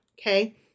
Okay